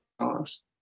songs